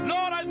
Lord